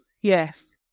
yes